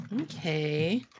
Okay